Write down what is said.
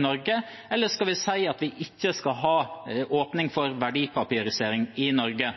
Norge, eller skal vi si at vi ikke skal ha åpning for verdipapirisering i Norge?